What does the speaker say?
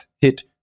hit